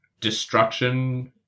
Destruction